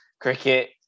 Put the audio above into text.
cricket